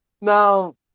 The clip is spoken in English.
Now